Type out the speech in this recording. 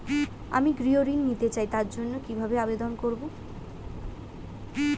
আমি গৃহ ঋণ নিতে চাই তার জন্য কিভাবে আবেদন করব?